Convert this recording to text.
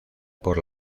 por